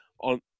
on